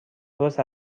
درست